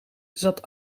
zat